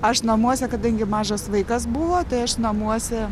aš namuose kadangi mažas vaikas buvo tai aš namuose